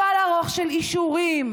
"שובל ארוך של אישורים,